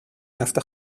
نفت